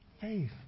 Faith